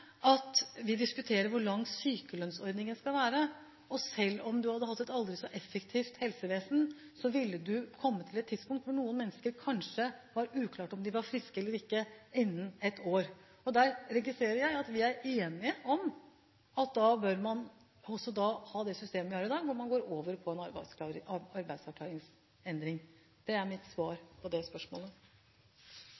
at vi diskuterer hvor lang tiden med sykelønnsordning skal være. Selv om man hadde hatt et aldri så effektivt helsevesen, ville man ha kommet til et tidspunkt da det for noen mennesker kanskje ville være uklart om de ville være friske innen ett år. Jeg registrerer at vi er enige om at man bør ha det systemet vi har i dag, et system hvor man går over på arbeidsavklaringspenger. Det er mitt svar